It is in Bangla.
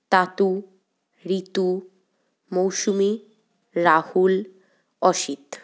তাতু ঋতু মৌসুমি রাহুল অসিত